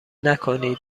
نکنید